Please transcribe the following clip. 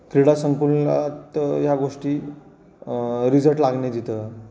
क्रीडा संकुलात या गोष्टी रिझट लागणे जिथं